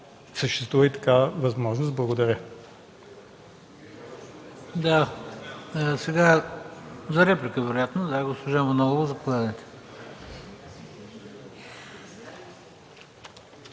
Съществува и такава възможност. Благодаря.